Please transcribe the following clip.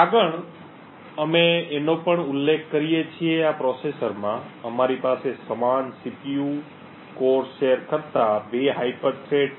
આગળ અમે એનો પણ ઉલ્લેખ કરીએ છીએ કે આ પ્રોસેસરમાં અમારી પાસે સમાન સીપીયુ કોર શેર કરતા 2 હાયપર થ્રેડ છે